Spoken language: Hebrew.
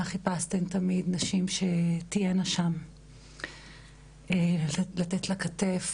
חיפשתן תמיד נשים שתהיינה שם לתת לה כתף,